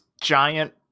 giant